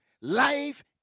Life